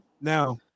Now